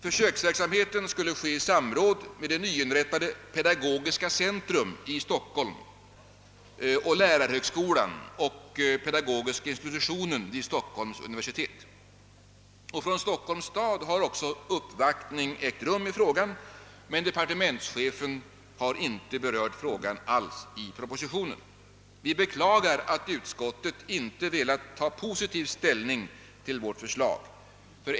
Försöksverksamheten skulle ske i samråd med det nyinrättade pedagogiska centrum i Stockholm samt lärarhögskolan och pedagogiska institutionen vid Stockholms universitet. Från Stockholms stad har också uppvaktning ägt rum i frågan, men departementschefen har inte alls berört frågan i propositionen, Vi beklagar att utskottet inte velat ta positiv ställning till vårt förslag.